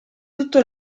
tutto